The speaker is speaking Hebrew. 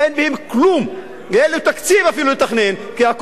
ואין לו תקציב אפילו לתכנן כי הכול עבר לרשות להסדרת